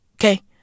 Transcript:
Okay